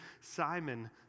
Simon